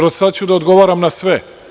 Od sada ću da odgovaram na sve.